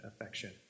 affection